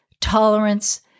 tolerance